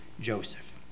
Joseph